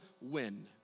win